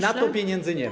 Na to pieniędzy nie ma.